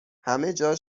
همهجا